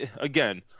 again